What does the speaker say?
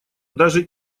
даже